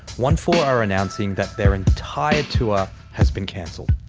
onefour are announcing that their entire tour has been cancelled.